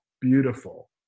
beautiful